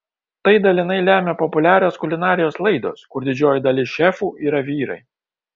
tai dalinai lemia populiarios kulinarijos laidos kur didžioji dalis šefų yra vyrai